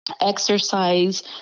exercise